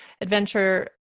adventure